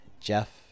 Jeff